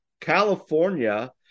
California